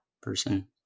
person